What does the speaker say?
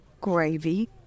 gravy